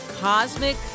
cosmic